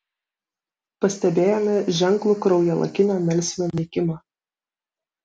pastebėjome ženklų kraujalakinio melsvio nykimą